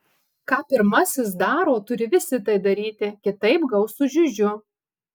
ką pirmasis daro turi visi tai daryti kitaip gaus su žiužiu